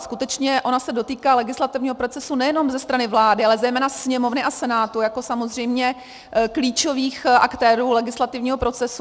Skutečně ona se dotýká legislativního procesu nejenom ze strany vlády, ale zejména Sněmovny a Senátu jako samozřejmě klíčových aktérů legislativního procesu.